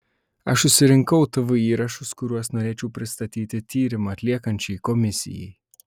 aš susirinkau tv įrašus kuriuos norėčiau pristatyti tyrimą atliekančiai komisijai